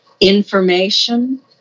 information